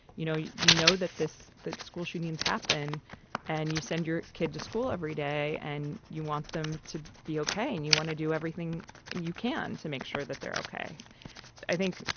you know, you you know, that this that school shootings happen and you send your kid to school every day and you want them to be ok and you want to do everything you can to make sure that they're ok i think,